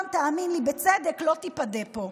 תאמין לי, בצדק, ציון לא תיפדה פה.